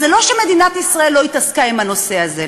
אז זה לא שמדינת ישראל לא התעסקה עם הנושא הזה.